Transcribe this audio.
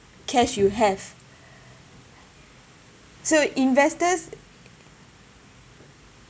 cash you have so investors